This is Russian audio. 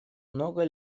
много